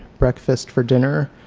breakfast for dinner,